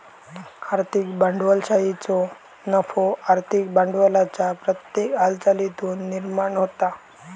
आर्थिक भांडवलशाहीचो नफो आर्थिक भांडवलाच्या प्रत्येक हालचालीतुन निर्माण होता